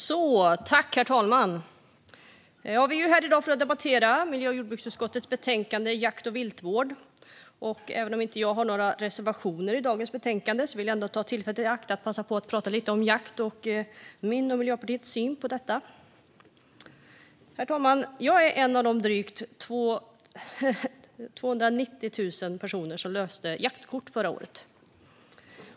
Herr talman! Vi debatterar nu miljö och jordbruksutskottets betänkande om jakt och viltvård. Även om Miljöpartiet inte har några reservationer vill jag ta tillfället i akt att prata lite om min och Miljöpartiets syn på jakt. Jag var en av de drygt 290 000 personer som löste jaktkort förra året.